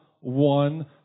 one